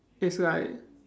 is like